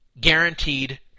guaranteed